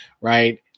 right